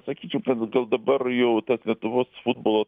sakyčiau kad gal dabar jau tas lietuvos futbolo